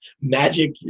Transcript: magic